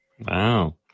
Wow